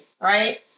right